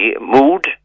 mood